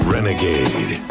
Renegade